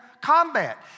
combat